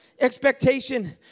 Expectation